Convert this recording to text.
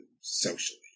socially